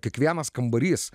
kiekvienas kambarys